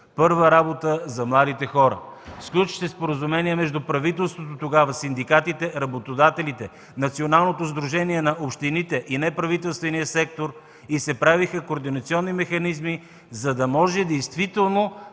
първа работа за младите хора, сключи се споразумение между правителството тогава, синдикатите, работодателите, Националното сдружение на общините и неправителствения сектор и се правиха координационно механизми, за да може действително